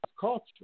culture